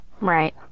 Right